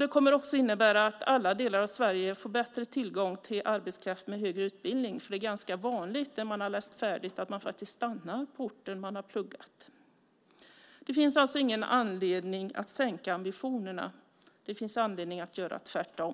Det kommer också att innebära att alla delar av Sverige får bättre tillgång till arbetskraft med högre utbildning. Det är ganska vanligt att man när man har läst färdigt faktiskt stannar på orten man har pluggat vid. Det finns alltså ingen anledning att sänka ambitionerna. Det finns anledning att göra tvärtom.